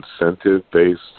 incentive-based